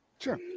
Sure